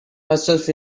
herself